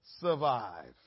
survive